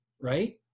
right